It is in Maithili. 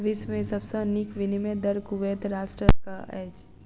विश्व में सब सॅ नीक विनिमय दर कुवैत राष्ट्रक अछि